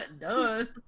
done